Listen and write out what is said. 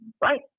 right